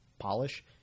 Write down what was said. polish